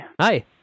Hi